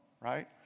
right